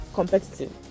competitive